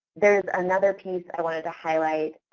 there is another piece i wanted to highlight.